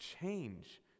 change